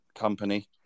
company